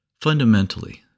Fundamentally